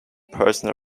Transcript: personal